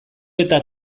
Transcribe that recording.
eta